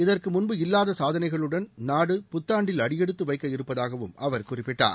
இதற்கு முன்பு இல்லாத சாதனைகளுடன் நாடு புத்தாண்டில் அடியெடுத்து வைக்கவிருப்பதாகவும் அவர் குறிப்பிட்டார்